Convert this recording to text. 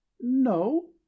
no